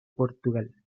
portugal